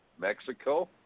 Mexico